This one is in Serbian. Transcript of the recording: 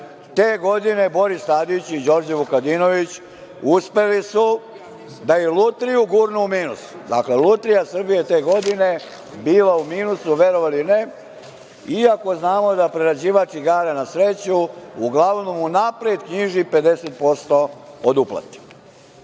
Te godine, Boris Tadić i Đorđe Vukadinović uspeli su da i lutriju gurnu u minus. Dakle, „Lutrija Srbije“ te godine, bila je u minusu, verovali ili ne, iako znamo da priređivač igara na sreću uglavnom unapred knjiži 50% od uplate. Što